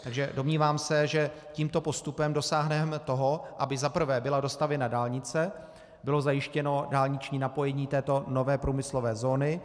Takže se domnívám, že tímto postupem dosáhneme toho, aby za prvé byla dostavěna dálnice, bylo zajištěno dálniční napojení této nové průmyslové zóny.